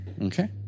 Okay